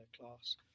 class